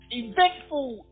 eventful